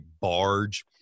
barge